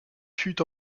fut